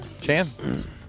chan